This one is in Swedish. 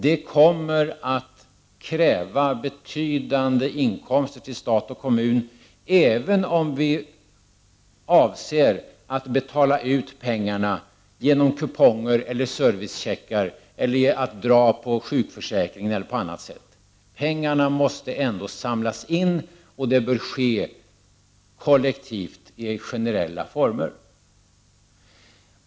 Detta kommer att kräva betydande inkomster till stat och kommun, oavsett om vi avser att betala ut pengarna genom kuponger eller servicecheckar, genom att man utnyttjar sjukförsäkringen eller på annat sätt. Pengarna måste ändå samlas in, och det bör ske kollektivt i generella former.